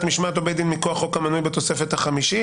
משמעת או בית דין מכוח חוק המנוי בתוספת החמישית"